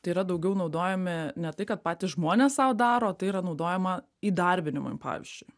tai yra daugiau naudojami ne tai kad patys žmonės sau daro tai yra naudojama įdarbinimui pavyzdžiui